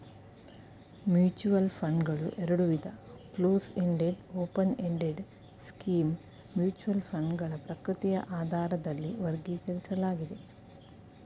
mutual ಫಂಡ್ಗಳು ಎರಡುವಿಧ close ended open ended scheme mutual ಫಂಡ್ಗಳ ಪ್ರಕೃತಿಯ ಆಧಾರದಲ್ಲಿ ವರ್ಗೀಕರಿಸಲಾಗಿದೆ